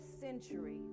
century